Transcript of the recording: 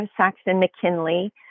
Saxon-McKinley